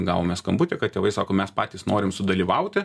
gavome skambutį kad tėvai sako mes patys norim sudalyvauti